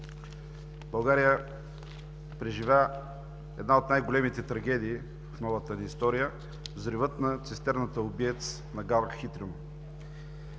България преживя една от най-големите трагедии в новата ни история – взрива на цистерната убиец на гара Хитрино.